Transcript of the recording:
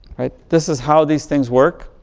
right. this is how these things work.